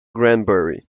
granbury